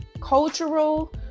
cultural